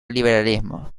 liberalismo